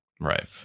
Right